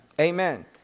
Amen